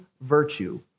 virtue